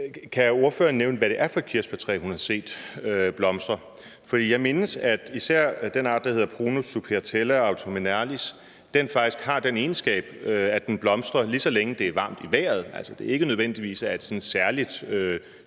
kan ordføreren nævne, hvad det er for et kirsebærtræ, hun har set blomstre? For jeg mindes, at især den art, der hedder Prunus subhirtella Autumnalis, faktisk har den egenskab, at den blomstrer, lige så længe det er varmt i vejret, altså at det ikke nødvendigvis er sådan et